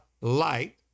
light